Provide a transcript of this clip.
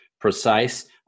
precise